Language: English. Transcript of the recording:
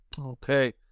Okay